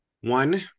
one